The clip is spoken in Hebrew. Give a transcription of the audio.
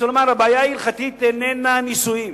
הבעיה ההלכתית איננה נישואים.